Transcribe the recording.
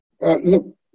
Look